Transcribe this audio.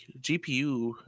GPU